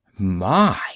My